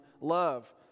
Love